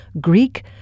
Greek